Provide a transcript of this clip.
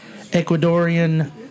Ecuadorian